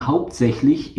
hauptsächlich